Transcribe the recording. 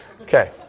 Okay